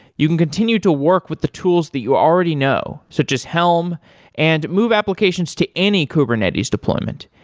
you can continue to work with the tools that you already know, such as helm and move applications to any kubernetes deployment.